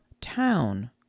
town